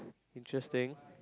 interesting